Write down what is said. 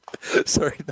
Sorry